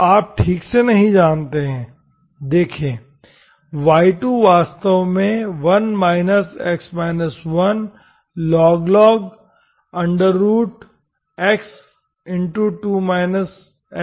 तो आप ठीक से नहीं जानते हैं देखें y2 वास्तव में 1 x 1log x2 x है